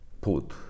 put